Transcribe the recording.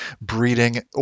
breeding